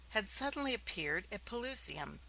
had suddenly appeared at pelusium,